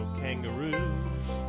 kangaroos